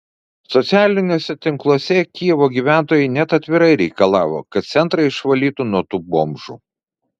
socialiniuose tinkluose kijevo gyventojai net atvirai reikalavo kad centrą išvalytų nuo tų bomžų